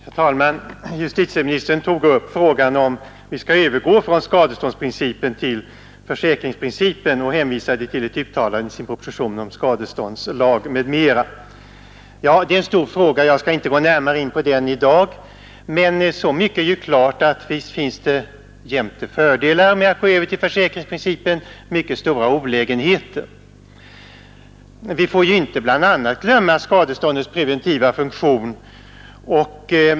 Herr talman! Justitieministern tog upp frågan om vi skall övergå från skadeståndsprincipen till försäkringsprincipen och hänvisade till ett uttalande i propositionen om skadeståndslag, m.m. Detta är en stor fråga, och jag skall inte gå närmare in på den i dag, men så mycket är ju klart att det jämte fördelar även finns mycket stora olägenheter med att gå över till försäkringsprincipen. Vi bör ju bl.a. inte glömma bort skadeståndets preventiva funktion.